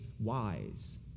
wise